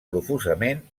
profusament